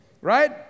Right